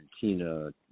Tina